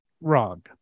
wrong